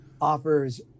offers